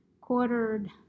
quartered